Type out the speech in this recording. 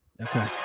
Okay